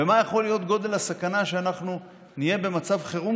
מה יכול להיות גודל הסכנה כשאנחנו נהיה במצב חירום